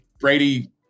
Brady